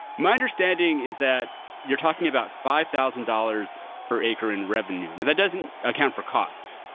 my understanding is that you're talking about five thousand dollars per acre in revenue. that doesn't account for costs.